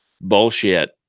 bullshit